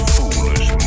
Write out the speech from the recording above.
Foolish